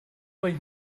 weil